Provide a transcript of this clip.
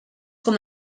com